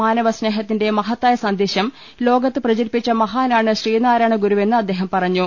മാനവ സ്നേഹത്തിന്റെ മഹത്തായ സന്ദേശം ലോകത്ത് പ്രചരിപ്പിച്ച മഹാനാണ് ശ്രീനാരായണ ഗുരുവെന്ന് അദ്ദേഹം പറഞ്ഞു